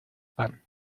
pan